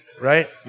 right